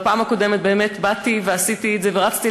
בפעם הקודמת באמת באתי ועשיתי את זה ורצתי